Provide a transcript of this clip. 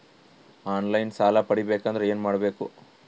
On line ಸಾಲ ಪಡಿಬೇಕಂದರ ಏನಮಾಡಬೇಕು?